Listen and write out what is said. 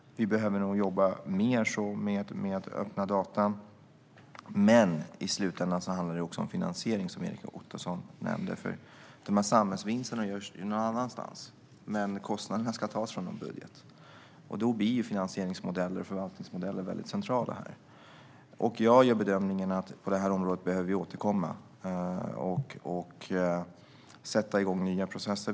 Vi behöver nog jobba mer på det sättet med öppna data. Men i slutändan handlar det också om finansiering, som Erik Ottoson nämnde, eftersom dessa samhällsvinster görs någon annanstans. Men kostnaderna ska tas från någon budget. Då blir finansieringsmodeller och förvaltningsmodeller mycket centrala i detta sammanhang. Jag gör bedömningen att vi behöver återkomma på detta område och sätta igång nya processer.